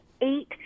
eight